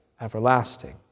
everlasting